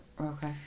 Okay